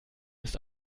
ist